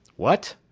what!